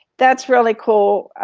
that's really cool.